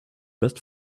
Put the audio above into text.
best